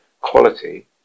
quality